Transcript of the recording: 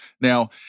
Now